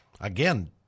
again